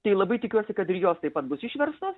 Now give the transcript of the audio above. tai labai tikiuosi kad ir jos taip pat bus išverstos